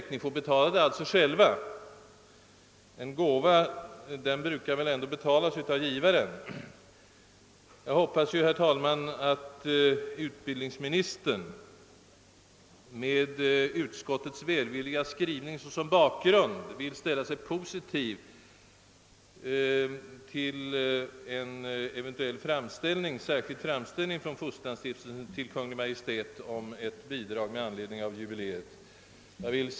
Stiftelsen får ju då f. ö. hjälpa till att själv betala! En gåva brukar väl ändå betalas av givaren. Jag hoppas, herr talman, att utbildningsministern med utskottets välvilliga skrivning som bakgrund ställer sig positiv till en eventuell särskild framställning från Evangeliska fosterlandsstiftelsen till Kungl. Maj:t om ett bidrag med anledning av 100-årsjubileet.